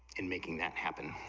and making that happen